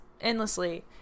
endlessly